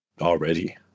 already